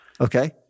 Okay